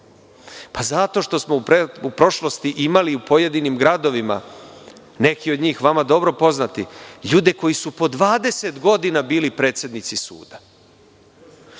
Zato što smo u prošlosti imali u pojedinim gradovima, neki od njih vama dobro poznati, ljude koji su po 20 godina bili predsednici suda.